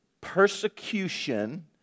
persecution